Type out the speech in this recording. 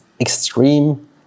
extreme